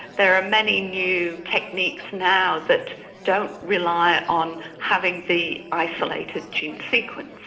there are many new techniques now that don't rely on having the isolated gene sequence.